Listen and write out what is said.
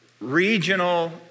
regional